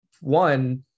one